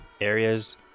areas